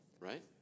Right